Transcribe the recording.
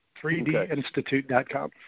3dinstitute.com